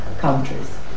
countries